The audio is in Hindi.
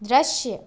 दृश्य